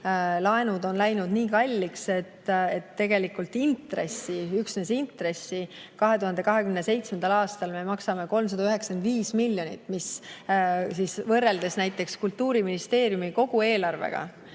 laenud on läinud nii kalliks, et tegelikult üksnes intressi me 2027. aastal maksame 395 miljonit. Kui võrrelda näiteks Kultuuriministeeriumi kogu eelarvega